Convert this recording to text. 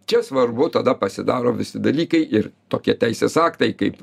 čia svarbu tada pasidaro visi dalykai ir tokie teisės aktai kaip